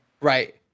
Right